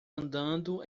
andando